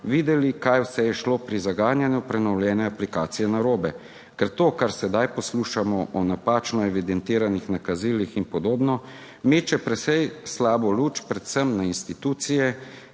videli, kaj vse je šlo pri zaganjanju prenovljene aplikacije narobe, ker to, kar sedaj poslušamo o napačno evidentiranih nakazilih in podobno, meče precej slabo luč predvsem na institucije,